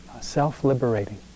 self-liberating